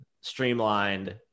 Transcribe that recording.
streamlined